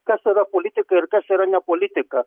kas yra politika ir kas yra ne politika